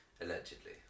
allegedly